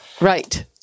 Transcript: Right